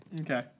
Okay